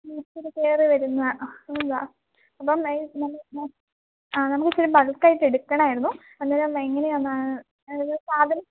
ഇച്ചിരി കയറി വരുന്ന അപ്പം ആ നമുക്കിച്ചിരി ബൾക്ക് ആയിട്ട് എടുക്കണമായിരുന്നു അന്നേരം എങ്ങനെയാന്നാ അതായത് സാധനം